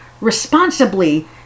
responsibly